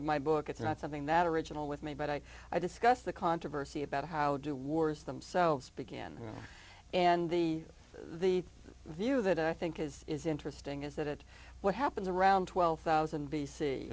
of my book it's not something that original with me but i i discuss the controversy about how do wars themselves begin and the the view that i think is is interesting is that what happens around twelve thousand b